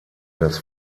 das